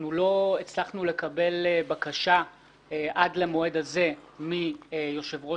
לא הצלחנו לקבל בקשה עד למועד הזה מיושב-ראש